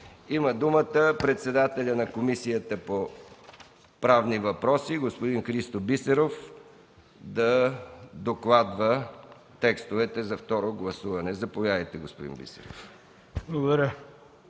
Има думата председателят на Комисията по правни въпроси господин Христо Бисеров да докладва текстовете за второ гласуване. Заповядайте, господин Бисеров.